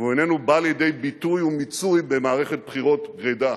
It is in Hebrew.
והוא איננו בא לידי ביטוי ומיצוי במערכת בחירות גרידא.